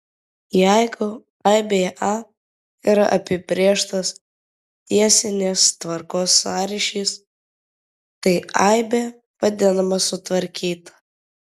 jeigu aibėje a yra apibrėžtas tiesinės tvarkos sąryšis tai aibė vadinama sutvarkyta